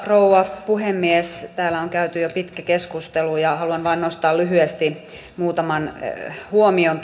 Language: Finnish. rouva puhemies täällä on käyty jo pitkä keskustelu ja haluan vain nostaa lyhyesti tuosta valiokuntavaiheesta muutaman huomion